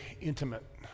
intimate